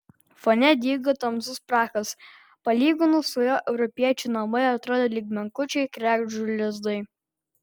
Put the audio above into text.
fone dygo tamsus prakas palyginus su juo europiečių namai atrodė lyg menkučiai kregždžių lizdai